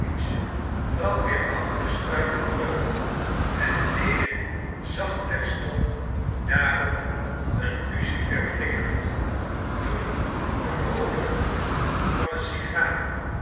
trad weer achter de struiken terug en lewin zag terstond daarop een lucifer flikkeren toen den rooden gloed van een sigaar